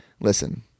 listen